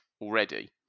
already